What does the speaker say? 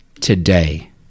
today